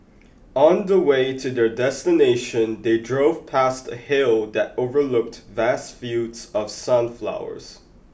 on the way to their destination they drove past a hill that overlooked vast fields of sunflowers